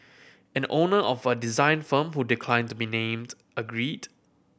an owner of a design firm who declined to be named agreed